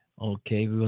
Okay